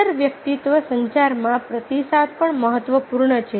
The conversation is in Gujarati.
આંતરવ્યક્તિત્વ સંચારમાં પ્રતિસાદ પણ મહત્વપૂર્ણ છે